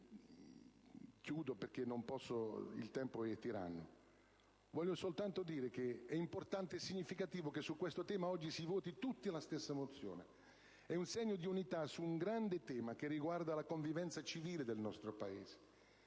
Chiudo, perché il tempo è tiranno. Voglio soltanto dire che è importante e significativo che su questo tema oggi si voti tutti la stessa mozione. È un segno di unità su un grande tema che riguarda la convivenza civile del nostro Paese.